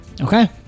Okay